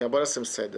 נעשה סדר